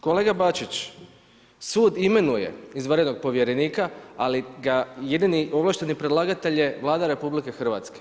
Kolega Bačić, sud imenuje izvanrednog povjerenika, ali ga jedini ovlašteni predlagatelj je Vlada RH.